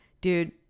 Dude